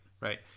Right